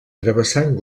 travessant